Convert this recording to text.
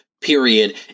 period